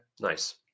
nice